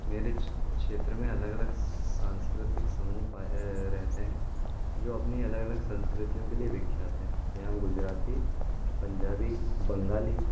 मेरे क्षेत्र में अलग अलग सांस्कृतिक समूह पाये रहते हैं जो अपनी अलग संस्कृतियों के लिए विख्यात हैं यहाँ गुजराती पंजाबी बंगाली